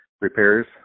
repairs